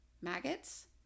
Maggots